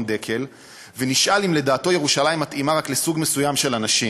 דקל ונשאל אם לדעתו ירושלים מתאימה רק לסוג מסוים של אנשים,